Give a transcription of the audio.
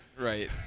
Right